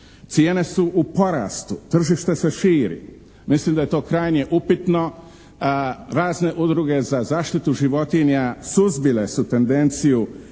cijene su u porastu, tržište se širi. Mislim da je to krajnje upitno. Razne udruge za zaštitu životinja suzbile su tendenciju